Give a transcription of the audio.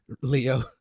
Leo